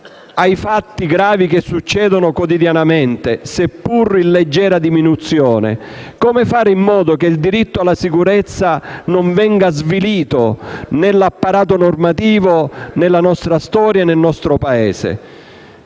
ai fatti gravi che accadono quotidianamente, anche se il loro numero è in leggera diminuzione? Come fare in modo che il diritto alla sicurezza non venga svilito nell'apparato normativo, nella nostra storia e nel nostro Paese?